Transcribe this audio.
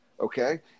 okay